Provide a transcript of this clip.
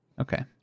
okay